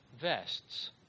vests